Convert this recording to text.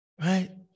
Right